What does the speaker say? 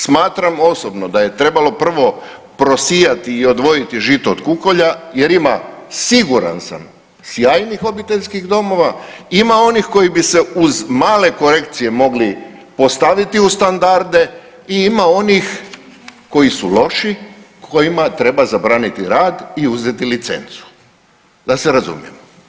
Smatram osobno da je trebalo prvo prosijati i odvojiti žito od kukolja jer ima siguran sam sjajnih obiteljskih domova, ima onih koji bi se uz male korekcije mogli postaviti u standarde i ima onih koji su loši, kojima treba zabraniti rad i uzeti licencu da se razumijemo.